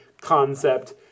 concept